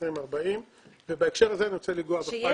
2040. בהקשר הזה אני רוצה לגעת בפן החשמלי.